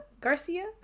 Garcia